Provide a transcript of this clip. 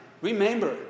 remember